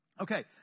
Okay